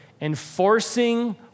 enforcing